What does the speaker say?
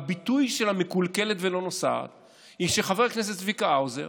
הביטוי של המקולקלת ולא נוסעת הוא שחבר הכנסת צביקה האוזר